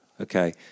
okay